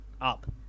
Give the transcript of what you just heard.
up